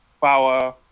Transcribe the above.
power